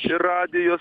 čia radijas